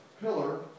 pillar